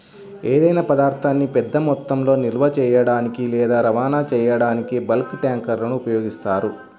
ఏదైనా పదార్థాన్ని పెద్ద మొత్తంలో నిల్వ చేయడానికి లేదా రవాణా చేయడానికి బల్క్ ట్యాంక్లను ఉపయోగిస్తారు